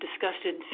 disgusted